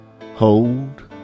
Hold